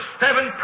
seven